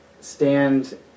stand